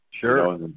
Sure